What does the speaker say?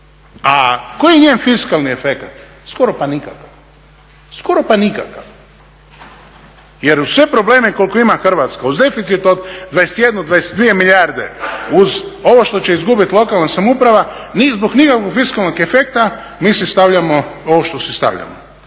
A koji je njen fiskalni efekt, skoro pa nikakav. Skoro pa nikakav, jer uz sve probleme koje ima Hrvatska, uz deficit od 21, 22 milijarde, uz ovo što će izgubit lokalna samouprava ni zbog nikakvog fiskalnog efekta mi si stavljamo ovo što si stavljamo,